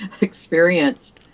experience